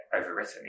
overwritten